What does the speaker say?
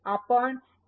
आपण ए